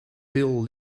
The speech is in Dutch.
veel